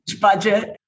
budget